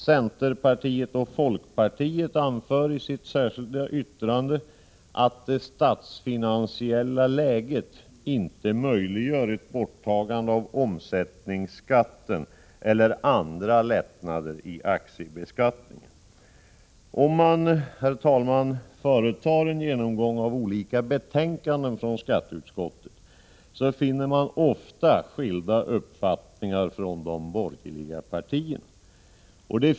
Centerpartiet och folkpartiet anför i sitt särskilda yttrande att det statsfinansiella läget inte möjliggör ett borttagande av omsättningsskatten eller andra lättnader i aktiebeskattningen. Herr talman! Om man företar en genomgång av olika betänkanden från skatteutskottet, så finner man ofta skilda uppfattningar från de borgerliga partierna.